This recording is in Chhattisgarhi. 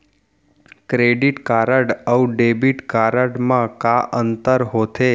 क्रेडिट कारड अऊ डेबिट कारड मा का अंतर होथे?